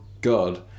God